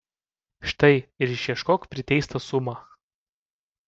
štai ir išieškok priteistą sumą